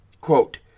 Quote